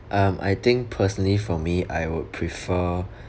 um I think personally for me I would prefer